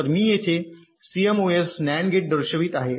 तर मी येथे सीएमओएस नॅन्ड गेट दर्शवित आहे